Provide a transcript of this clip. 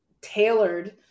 tailored